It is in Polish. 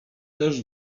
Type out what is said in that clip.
też